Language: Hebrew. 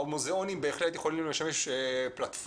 המוזיאונים בהחלט יכולים לשמש פלטפורמה.